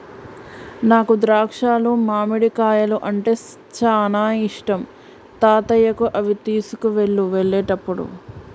నాకు ద్రాక్షాలు మామిడికాయలు అంటే చానా ఇష్టం తాతయ్యకు అవి తీసుకువెళ్ళు వెళ్ళేటప్పుడు